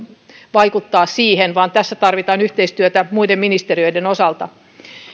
vaikuttaa vaan tässä tarvitaan yhteistyötä muiden ministeriöiden osalta